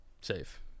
Safe